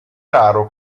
raro